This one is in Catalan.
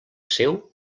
seu